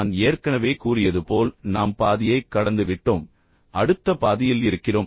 நான் ஏற்கனவே கூறியது போல் நாம் பாதியைக் கடந்துவிட்டோம் அடுத்த பாதியில் இருக்கிறோம்